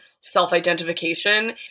self-identification